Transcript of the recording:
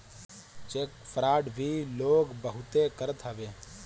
check fraud भी लोग बहुते करत हवे